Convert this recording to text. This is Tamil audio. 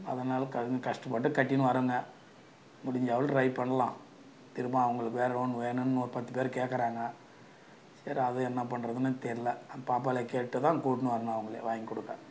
அதனால் க கஷ்டப்பட்டு கட்டின்னு வரேங்க முடிஞ்சவுள் ட்ரைப் பண்ணலாம் திரும்ப அவங்களுக்கு வேறு லோன் வேணுன்னு ஒரு பத்துப் பேர் கேட்கறாங்க சரி அது என்னா பண்ணுறதுன்னு தெரில பாப்பால கேட்டு தான் கூட்ன்னு வர்ணும் அவங்களே வாய்ங் கொடுக்க